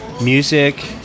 music